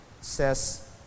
says